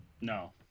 No